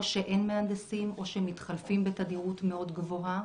או שאין מהנדסים או שהם מתחלפים בתדירות מאוד גבוהה.